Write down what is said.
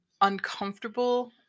uncomfortable